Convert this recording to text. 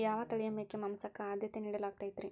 ಯಾವ ತಳಿಯ ಮೇಕೆ ಮಾಂಸಕ್ಕ, ಆದ್ಯತೆ ನೇಡಲಾಗತೈತ್ರಿ?